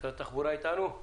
משרד התחבורה איתנו?